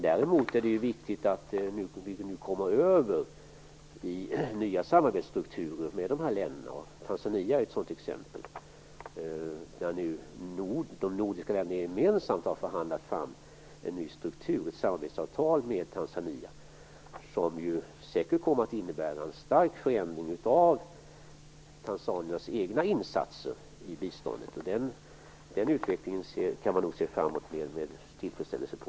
Däremot är det viktigt att man får till stånd nya samarbetsstrukturer med dessa länder. Tanzania är ett sådant exempel. De nordiska länderna har gemensamt förhandlat fram en ny struktur och ett samarbetsavtal med Tanzania som säkert kommer att innebära en stor förändring av tanzaniernas egna insatser i biståndet. Den utvecklingen kan man se med tillfredsställelse på.